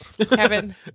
Kevin